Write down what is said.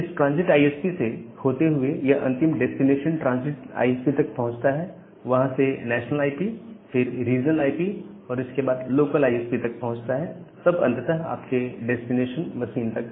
इस transit ISP से होते हुए यह अंतिम डेस्टिनेशन ट्रांसिट आईएसपी तक पहुंचता है फिर वहां से नेशनल आईएसपी फिर रीजनल आईएसपी और इसके बाद लोकल आईएसपी तक पहुंचता है और तब अंततः आपके डेस्टिनेशन मशीन तक